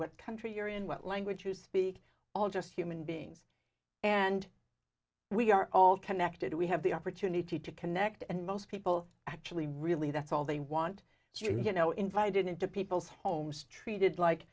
what country you're in what language you speak all just human beings and we are all connected we have the opportunity to connect and most people actually really that's all they want so you know invited into people's homes treated like